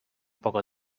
poco